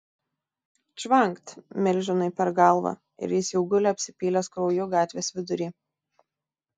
čvankt milžinui per galvą ir jis jau guli apsipylęs krauju gatvės vidury